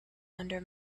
under